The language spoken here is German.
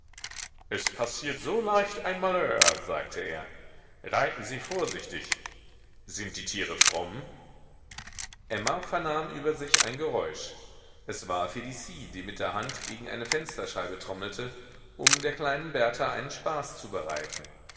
es passiert so leicht ein malheur sagte er reiten sie vorsichtig sind die tiere fromm emma vernahm über sich ein geräusch es war felicie die mit der hand gegen eine fensterscheibe trommelte um der kleinen berta einen spaß zu bereiten